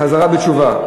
חזרה בתשובה.